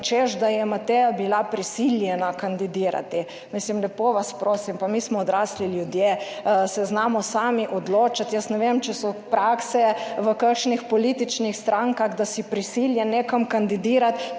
da je Mateja bila prisiljena kandidirati. Mislim, lepo vas prosim, pa mi smo odrasli ljudje, se znamo sami odločati. Jaz ne vem, če so prakse v kakšnih političnih strankah, da si prisiljen nekam kandidirati,